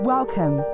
Welcome